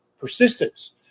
persistence